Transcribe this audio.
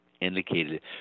indicated